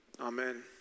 Amen